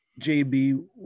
JB